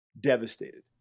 Devastated